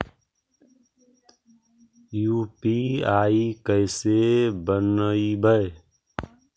UPI कैसे बनइबै?